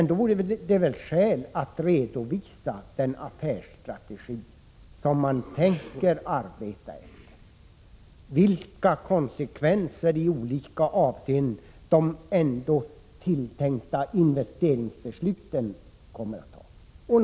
Då vore det väl skäl att redovisa den affärsstrategi som man tänker arbeta efter och vilka konsekvenser i olika avseenden som de tilltänkta investeringsbesluten kommer att ha.